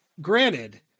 granted